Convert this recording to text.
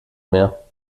mehr